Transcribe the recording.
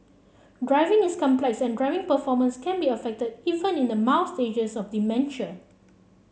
driving is complex and driving performance can be affected even in the mild stages of dementia